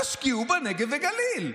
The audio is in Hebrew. תשקיעו בנגב ובגליל.